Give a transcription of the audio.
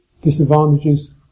Disadvantages